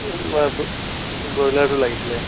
ব্ৰইলাৰটো লাগিছিলে